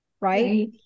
right